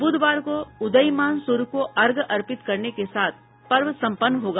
बुधवार को उदीयमान सूर्य को अर्घ्य अर्पित करने के साथ पर्व सम्पन्न होगा